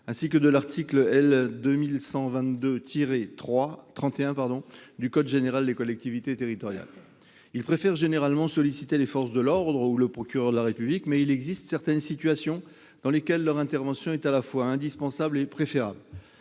ainsi que de l’article L. 2122-31 du code général des collectivités territoriales. Ils préfèrent généralement solliciter les forces de l’ordre ou le procureur de la République, mais il existe certaines situations dans lesquelles leur intervention est à la fois indispensable et préférable.